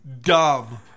dumb